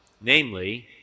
namely